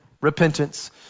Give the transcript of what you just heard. repentance